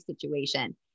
situation